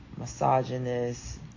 misogynist